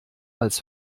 als